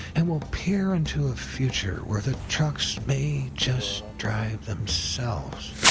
and we'll peer into a future where the trucks may just drive themselves.